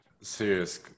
serious